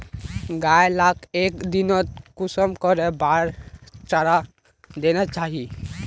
गाय लाक एक दिनोत कुंसम करे बार चारा देना चही?